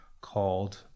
called